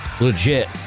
Legit